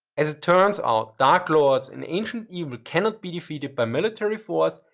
as it turns out dark lords and ancient evil cannot be defeated by military force,